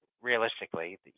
realistically